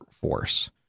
force